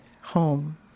home